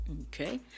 Okay